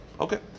Okay